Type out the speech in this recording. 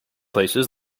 places